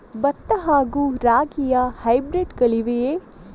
ಭತ್ತ ಹಾಗೂ ರಾಗಿಯ ಹೈಬ್ರಿಡ್ ಗಳಿವೆಯೇ?